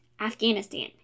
Afghanistan